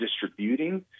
distributing